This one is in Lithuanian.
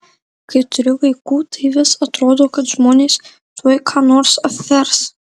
kai turi vaikų tai vis atrodo kad žmonės tuoj ką nors apvers